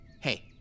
Hey